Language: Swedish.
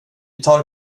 tar